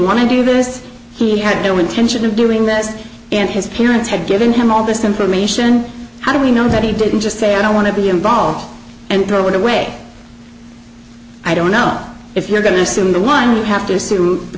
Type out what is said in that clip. want to do this he had no intention of doing this and his parents had given him all this information how do we know that he didn't just say i don't want to be involved and throw it away i don't know if you're going to assume the line we have to